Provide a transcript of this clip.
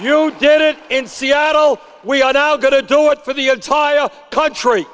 owner did it in seattle we are now going to do it for the entire country